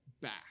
back